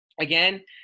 again